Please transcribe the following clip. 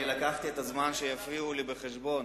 אני הבאתי את הזמן שיפריעו לי בחשבון,